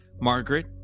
Margaret